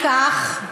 מכך,